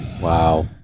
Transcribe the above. Wow